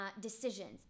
decisions